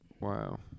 Wow